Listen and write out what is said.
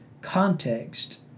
context